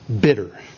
bitter